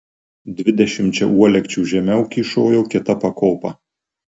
dvidešimčia uolekčių žemiau kyšojo kita pakopa